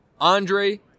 Andre